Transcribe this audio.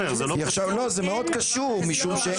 זה לא קשור.